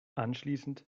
anschließend